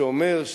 שאומר: